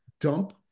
dump